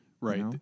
Right